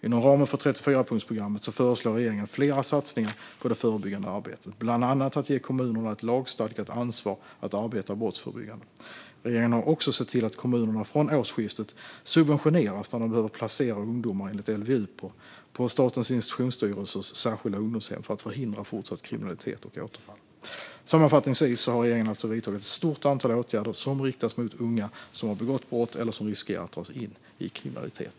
Inom ramen för 34-punktsprogrammet föreslår regeringen flera satsningar på det förebyggande arbetet, bland annat att ge kommunerna ett lagstadgat ansvar att arbeta brottsförebyggande. Regeringen har också sett till att kommunerna från årsskiftet subventioneras när de behöver placera ungdomar enligt LVU på Statens institutionsstyrelses särskilda ungdomshem för att förhindra fortsatt kriminalitet och återfall. Sammanfattningsvis har regeringen alltså vidtagit ett stort antal åtgärder som riktas mot unga som har begått brott eller som riskerar att dras in i kriminalitet.